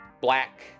black